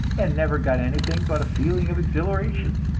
and never got anything but a feeling of exhilaration.